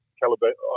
caliber